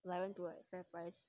I went to like fair price